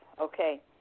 Okay